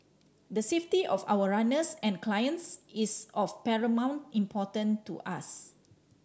the safety of our runners and clients is of paramount importance to us